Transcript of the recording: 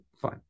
fine